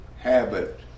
habit